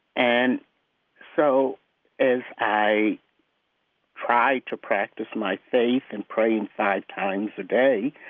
and so as i try to practice my faith in praying five times a day,